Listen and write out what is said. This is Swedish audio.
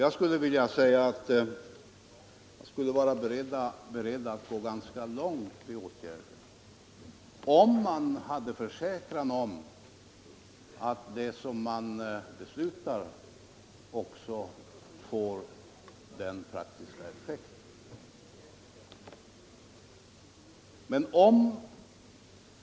Jag skulle vilja säga att vi kunde vara beredda att gå ganska långt i våra åtgärder om vi bara hade en försäkran om att det vi beslutar får en praktisk effekt.